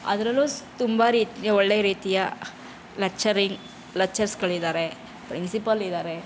ಅದ್ರಲ್ಲೂ ತುಂಬ ರೀತಿ ಒಳ್ಳೆಯ ರೀತಿಯ ಲಚ್ಚರಿಂಗ್ ಲಚ್ಚರ್ಸುಗಳಿದ್ದಾರೆ ಪ್ರಿನ್ಸಿಪಾಲ್ ಇದ್ದಾರೆ